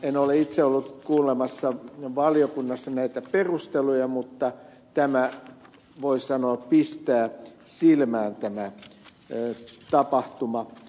en ole itse ollut kuulemassa valiokunnassa näitä perusteluja mutta voi sanoa pistää silmään tämä tapahtuma